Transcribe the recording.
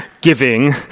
giving